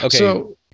Okay